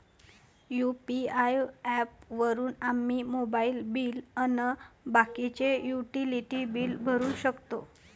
UPI app वापरून आम्ही mobile bill अन बाकीचे युटिलिटी बिल भरू शकतो